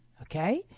Okay